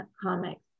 comics